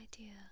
idea